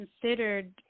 considered